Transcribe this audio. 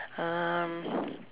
um